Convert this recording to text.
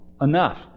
Enough